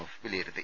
F വിലയിരുത്തി